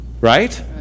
right